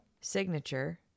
signature